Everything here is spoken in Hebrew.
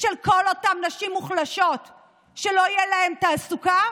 של כל אותן נשים מוחלשות שלא תהיה להן תעסוקה,